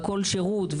על שירות,